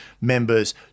members